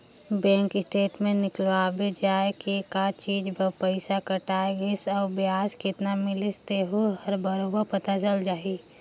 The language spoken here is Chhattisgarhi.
बेंक स्टेटमेंट निकलवाबे जाये के का चीच बर पइसा कटाय गइसे अउ बियाज केतना मिलिस हे तेहू हर बरोबर पता चल जाही